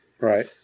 right